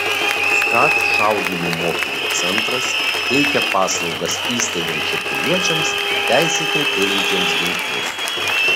skat šaudymo mokymo centras teikia paslaugas įstaigoms ir piliečiams teisėtai turintiems ginklus